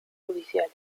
judiciales